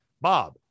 Bob